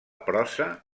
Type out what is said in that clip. prosa